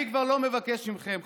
אני כבר לא מבקש מכם,